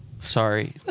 Sorry